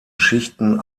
schichten